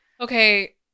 Okay